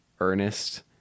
earnest